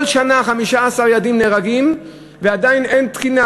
כל שנה 15 ילדים נהרגים ועדיין אין תקינה,